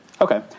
Okay